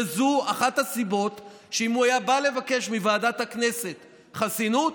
וזו אחת הסיבות שאם הוא היה בא לבקש מוועדת הכנסת חסינות,